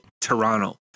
Toronto